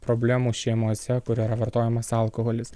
problemų šeimose kur yra vartojamas alkoholis